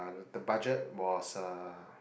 the budget was uh